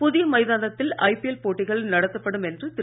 புதிய மைதானத்தில் ஐபிஎல் போட்டிகள் நடத்தப்படும் என்று திரு